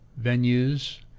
venues